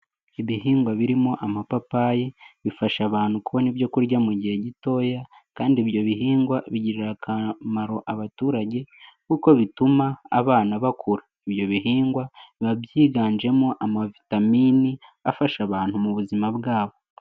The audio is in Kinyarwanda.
Ibihingwa birimo amapapayi, bifasha abantu kubona ibyo kurya mu gihe gitoya, kandi ibyo bihingwa bigirira akamaro abaturage, kuko bituma abana bakura. Ibyo bihingwa biba byiganjemo amavitamini afasha abantu mu buzima bwabo.